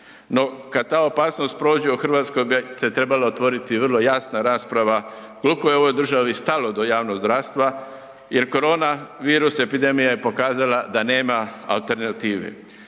no kad ta opasnost prođe, u RH bi se trebala otvoriti vrlo jasna rasprava kolko je ovoj državi stalo do javnog zdravstva jer koronavirus epidemija je pokazala da nema alternative.